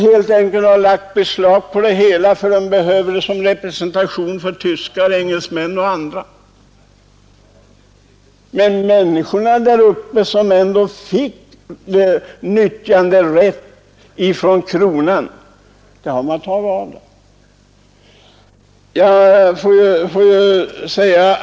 Bolagen har gjort det för att de behövde fiskeområdena för representationsändamål för sina tyska, engelska och andra gäster. De har fråntagit människorna där uppe den nyttjanderätt till marken och fiskerätten som befolkningen en gång har fått av kronan.